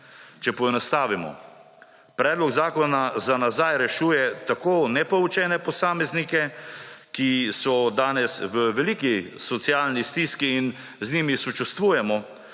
Če poenostavimo, predlog zakona za nazaj rešuje tako nepoučene posameznike, ki so danes v veliki socialni stiski – in z njimi sočustvujemo